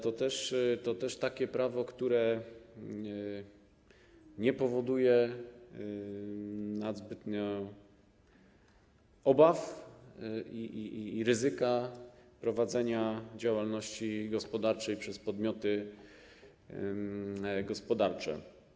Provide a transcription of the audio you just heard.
To też takie prawo, które nie powoduje zbytnich obaw i ryzyka prowadzenia działalności gospodarczej przez podmioty gospodarcze.